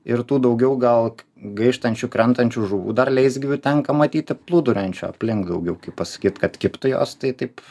ir tų daugiau gal gaištančių krentančių žuvų dar leisgyvių tenka matyti plūduriuojančio aplink daugiau pasakyt kad kibtų jos tai taip